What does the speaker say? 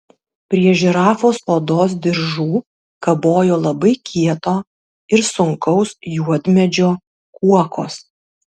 prie žirafos odos diržų kabojo labai kieto ir sunkaus juodmedžio kuokos